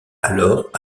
alors